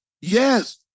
Yes